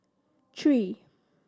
three